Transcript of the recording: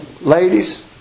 ladies